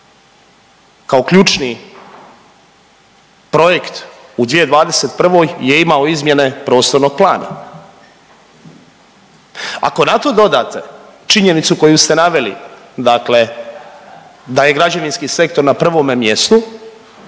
kao ključni projekt u 2021. je imao izmjene prostornog plana. Ako na to dodate činjenicu koju ste naveli, dakle da je građevinski sektor na prvome mjestu